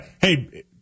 Hey